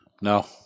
no